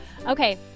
Okay